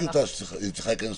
אתה רוצה שהוא יתייחס?